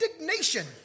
indignation